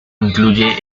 incluye